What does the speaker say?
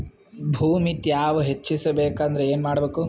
ಭೂಮಿ ತ್ಯಾವ ಹೆಚ್ಚೆಸಬೇಕಂದ್ರ ಏನು ಮಾಡ್ಬೇಕು?